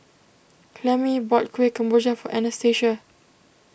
Clemie bought Kueh Kemboja for Anastasia